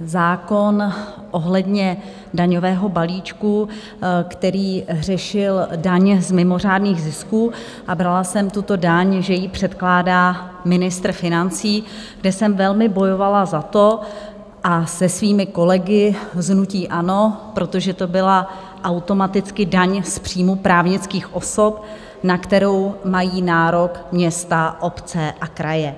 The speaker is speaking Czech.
zákon ohledně daňového balíčku, který řešil daně z mimořádných zisků, a brala jsem tuto daň, že ji předkládá ministr financí, kde jsem velmi bojovala za to a se svými kolegy z hnutí ANO protože to byla automaticky daň z příjmu právnických osob, na kterou mají nárok města, obce a kraje.